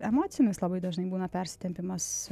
emocinis labai dažnai būna persitempimas